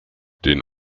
den